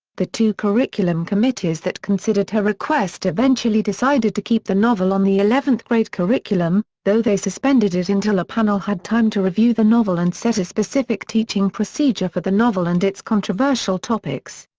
the two curriculum committees that considered her request eventually decided to keep the novel on the eleventh grade curriculum, though they suspended it until a panel had time to review the novel and set a specific teaching procedure for the novel and its controversial topics.